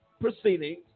proceedings